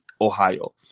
Ohio